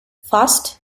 first